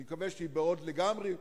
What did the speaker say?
אני מקווה שהיא ב-hold לגמרי.